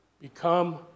become